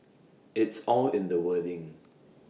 it's all in the wording